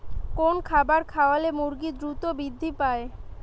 কোন খাবার খাওয়ালে মুরগি দ্রুত বৃদ্ধি পায়?